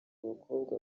abakobwa